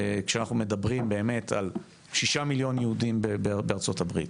כשאנחנו מדברים באמת על שישה מיליון יהודים בארצות-הברית,